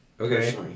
Okay